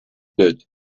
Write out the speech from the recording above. good